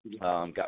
Got